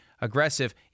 aggressive